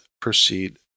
proceed